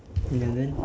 and then